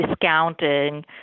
discounting